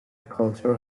culture